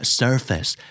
surface